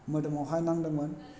मोदोमावहाय नांदोंमोन